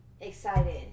excited